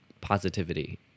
positivity